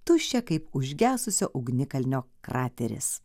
tuščią kaip užgesusio ugnikalnio krateris